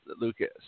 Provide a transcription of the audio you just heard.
Lucas